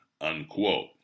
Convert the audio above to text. unquote